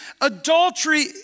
Adultery